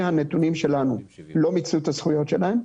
הנתונים שלנו לא מיצו את הזכויות שלהם,